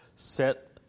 set